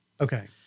Okay